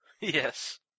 Yes